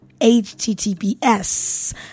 https